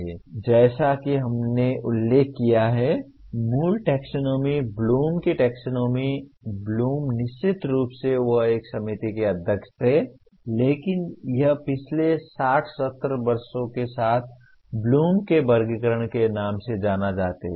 अब जैसा कि हमने उल्लेख किया है मूल टैक्सोनॉमी ब्लूम की टैक्सोनॉमी ब्लूम निश्चित रूप से वह एक समिति के अध्यक्ष थे लेकिन यह पिछले 60 70 वर्षों के साथ ब्लूम के वर्गीकरण के नाम से जाना जाता है